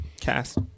Cast